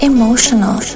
Emotional